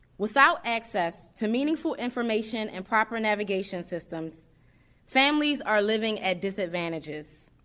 without access to meaningful information and proper navigation systems families are living at disadvantages.